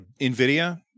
NVIDIA